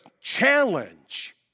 challenge